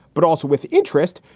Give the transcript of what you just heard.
but also with interest,